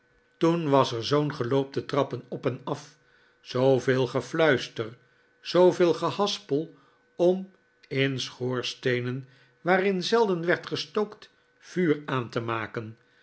toen was er zoo'n geloop de trappen op en af zooveel gefluister zooveel gehaspel om in schoorsteenen waarin zelden werd gestookt vuur aan te maken